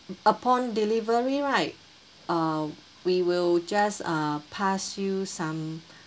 upon delivery right uh we will just uh pass you some